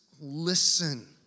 listen